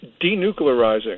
denuclearizing